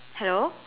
hello